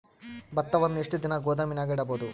ಭತ್ತವನ್ನು ಎಷ್ಟು ದಿನ ಗೋದಾಮಿನಾಗ ಇಡಬಹುದು?